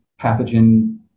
pathogen